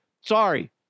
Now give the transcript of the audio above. Sorry